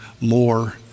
more